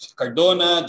cardona